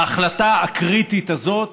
בהחלטה הקריטית הזאת